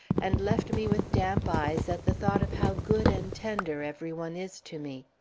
and left me with damp eyes at the thought of how good and tender every one is to me.